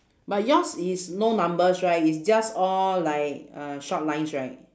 but yours is no numbers right it's just all like uh short lines right